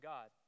God